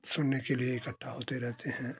सुनने के लिए इकठ्ठा होते रहते हैं